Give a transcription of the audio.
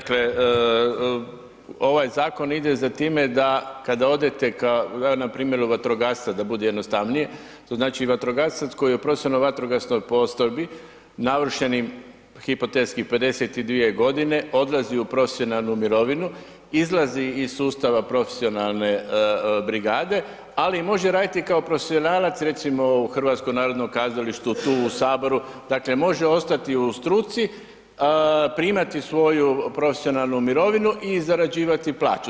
Dakle, ovaj zakon ide za time da kada odete kao npr. vatrogasca, da bude jednostavnije, to znači vatrogasac koji je u profesionalnoj vatrogasnoj postrojbi navršenim, hipotetski, 52 godine odlazi u profesionalnu mirovinu, izlazi iz sustava profesionalne brigade, ali može raditi i kao profesionalac, recimo u HNK, tu u Saboru, dakle može ostati u struci, primati svoju profesionalnu mirovinu i zarađivati plaću.